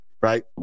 right